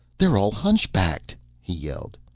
they're all hunchbacked! he yelled.